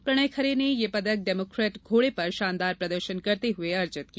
प्रणय खरे ने यह पदक डेमोक्रेट घोड़े पर शानदार प्रदर्शन करते हुए अर्जित किया